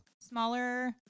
smaller